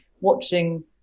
watching